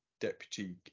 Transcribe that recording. deputy